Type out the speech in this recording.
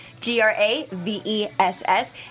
G-R-A-V-E-S-S